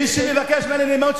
מי שיבקש ממני נאמנות,